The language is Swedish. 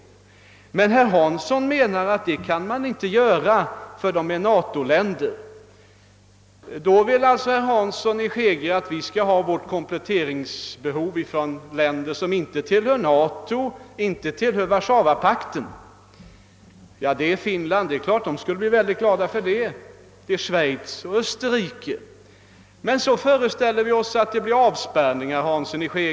Men herr Hansson i Skegrie menar att något sådant är omöjligt eftersom de är NATO länder. Herr Hansson i Skegrie vill då förmodligen att vi skall fylla vårt kompletteringsbehov från länder som inte tillhör NATO eller Warszawapakten. Det är Finland — där skulle man naturligtvis bli mycket glad —, Schweiz och Österrike. Men så föreställer vi oss att det blir avspärrningar.